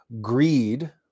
Greed